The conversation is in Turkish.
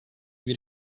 bir